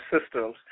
systems